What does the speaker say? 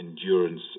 endurance